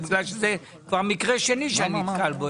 זה כבר מקרה שני שאני נתקל בו,